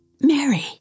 Mary